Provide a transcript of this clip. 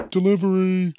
Delivery